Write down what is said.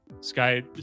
Sky